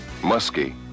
Muskie